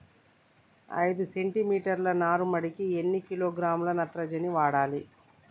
ఐదు సెంటి మీటర్ల నారుమడికి ఎన్ని కిలోగ్రాముల నత్రజని వాడాలి?